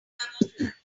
camouflage